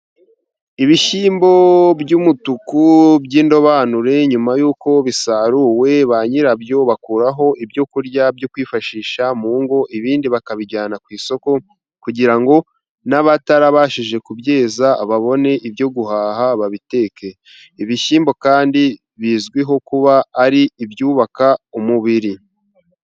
Ibishyimbo by'umutuku by'indobanure nyuma y'uko bisaruwe ba nyirabyo bakuraho ibyo kurya byo kwifashisha mu ngo, ibindi bakabijyana ku isoko kugira ngo n'abatarabashije kubyeza babone ibyo guhaha babiteke. Ibishyimbo kandi bizwiho kuba ari ibyubaka umubiri.